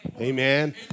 Amen